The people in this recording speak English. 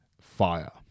fire